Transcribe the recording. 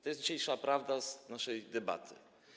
To jest dzisiejsza prawda z naszej debaty.